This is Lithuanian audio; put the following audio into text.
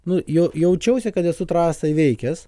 nu jau jaučiausi kad esu trasą įveikęs